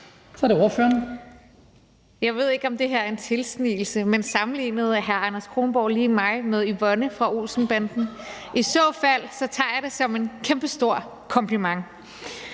Rosa Lund (EL): Jeg ved ikke, om det her er en tilsnigelse, men sammenlignede hr. Anders Kronborg lige mig med Yvonne fra Olsen-banden? I så fald tager jeg det som en kæmpestor kompliment.